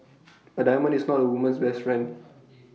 A diamond is not A woman's best friend